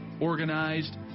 organized